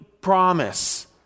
promise